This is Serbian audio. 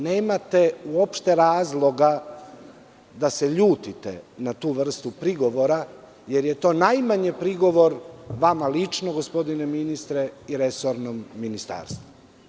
Nemate uopšte razloga da se ljutite na tu vrstu prigovora, jer je to najmanji prigovor vama lično gospodine ministre i resornom ministarstvu.